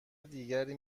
دیگری